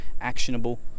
actionable